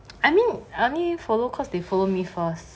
I mean I only follow cause they follow me first